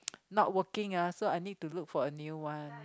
not working ah so I need to look for a new one